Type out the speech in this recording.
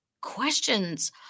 questions